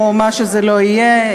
או מה שזה לא יהיה.